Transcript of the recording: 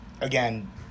again